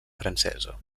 francesa